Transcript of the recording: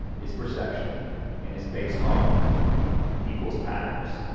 it's perception and it's based on people's patterns,